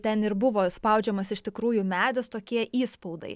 ten ir buvo spaudžiamas iš tikrųjų medis tokie įspaudai